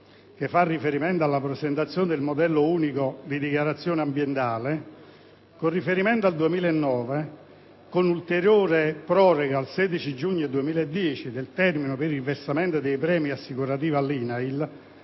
relativi alla presentazione del modello unico di dichiarazione ambientale (MUD) con riferimento al 2009 e l'ulteriore proroga al 16 giugno 2010 del termine per il versamento dei premi assicurativi all'INAIL